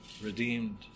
redeemed